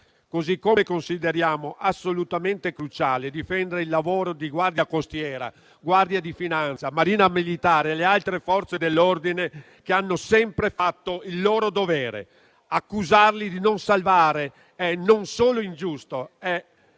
Così come consideriamo assolutamente cruciale difendere il lavoro di Guardia costiera, Guardia di finanza, Marina militare e le altre Forze dell'ordine che hanno sempre fatto il loro dovere; accusarli di non salvare è non solo ingiusto, ma